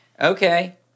Okay